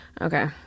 Okay